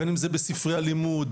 בין אם בספרי הלימוד,